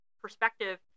perspective